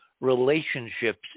relationships